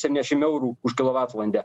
septyniasdešim eurų už kilovatvalandę